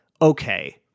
okay